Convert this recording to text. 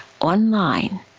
online